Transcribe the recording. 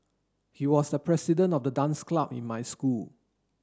he was the president of the dance club in my school